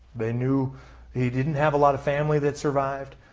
they knew he didn't have a lot of family that survived.